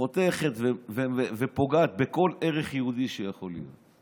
חותכת ופוגעת בכל ערך יהודי שיכול להיות,